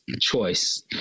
choice